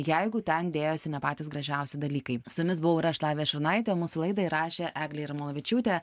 jeigu ten dėjosi ne patys gražiausi dalykai su jumis buvau ir aš lavija šurnaitė o mūsų laidą įrašė eglė jarmolavičiūtė